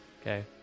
Okay